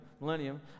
millennium